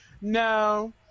no